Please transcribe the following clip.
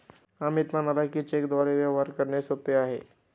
अमित म्हणाला की, चेकद्वारे व्यवहार करणे सोपे आहे